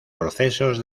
procesos